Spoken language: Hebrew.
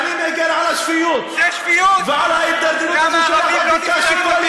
והגיע הזמן להתעשת, על מי ומה אתה מגן?